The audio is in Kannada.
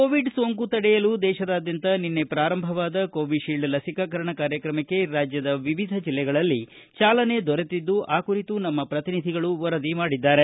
ಕೋವಿಡ್ ಸೋಂಕು ತಡೆಯಲು ದೇಶದಾದ್ಯಂತ ನಿನ್ನೆ ಪ್ರಾರಂಭವಾದ ಕೋವಿಶೀಲ್ಡ್ ಲಸಿಕಾಕರಣ ಕಾರ್ಯಕ್ರಮಕ್ಕೆ ರಾಜ್ಯದ ವಿವಿಧ ಜಿಲ್ಲೆಗಳಲ್ಲಿ ಜಾಲನೆ ದೊರೆತಿದ್ಲು ಆ ಕುರಿತು ನಮ್ಮ ಪ್ರತಿನಿಧಿಗಳು ವರದಿ ಮಾಡಿದ್ದಾರೆ